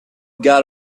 got